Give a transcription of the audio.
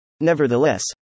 Nevertheless